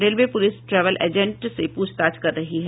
railway police travel agent पूछताछ कर रही है